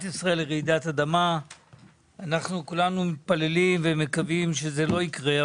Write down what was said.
ישראל לרעידת אדמה - אנחנו כולנו מתפללים ומקווים שלא תקרה.